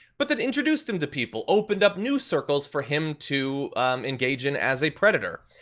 but that introduced him to people, opened up new circles for him to engage in as a predator.